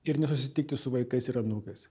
ir nesusitikti su vaikais ir anūkais